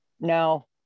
Now